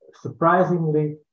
surprisingly